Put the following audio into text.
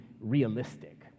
realistic